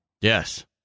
Yes